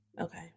Okay